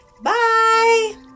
Bye